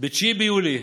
ב-9 ביולי,